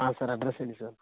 ಹಾಂ sir address ಹೇಳಿ sir